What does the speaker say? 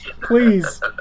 please